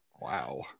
Wow